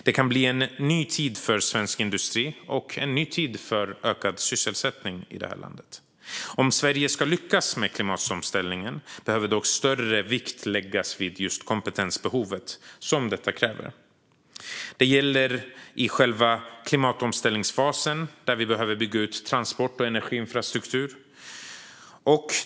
Det kan bli en ny tid för svensk industri och en ny tid för ökad sysselsättning i det här landet. Om Sverige ska lyckas med klimatomställningen behöver dock större vikt läggas vid just kompetensbehovet. Det gäller i själva klimatomställningsfasen, där vi behöver bygga ut transport och energiinfrastruktur.